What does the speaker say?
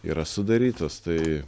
yra sudarytos tai